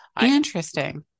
Interesting